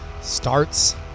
starts